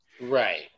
Right